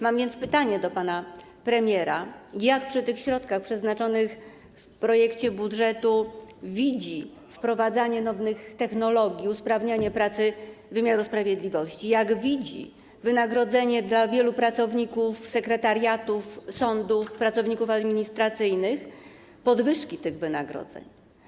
Mam więc pytanie do pana premiera, jak przy tych środkach przeznaczonych w projekcie budżetu widzi wprowadzanie nowych technologii, usprawnianie pracy wymiaru sprawiedliwości, jak widzi wynagrodzenie dla wielu pracowników sekretariatów sądów, pracowników administracyjnych, podwyżki tych wynagrodzeń.